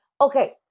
okay